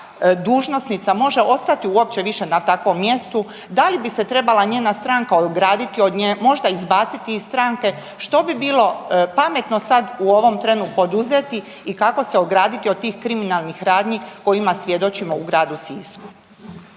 takva dužnosnica može ostati uopće više na takvom mjestu, da li bi se trebala njena stranka ograditi od nje, možda izbaciti iz stranke, što bi bilo pametno sad u ovom trenu poduzeti i kako se ograditi od tih kriminalnih radnji kojima svjedočimo u gradu Sisku.